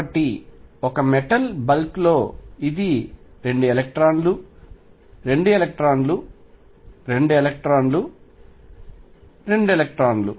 కాబట్టిఒక metal బల్క్లో ఇది 2 ఎలక్ట్రాన్లు 2 ఎలక్ట్రాన్లు 2 ఎలక్ట్రాన్లు 2 ఎలక్ట్రాన్లు